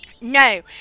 no